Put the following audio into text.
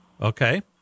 Okay